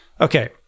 Okay